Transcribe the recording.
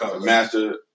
Master